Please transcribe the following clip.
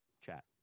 chat